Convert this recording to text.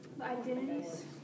Identities